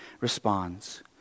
responds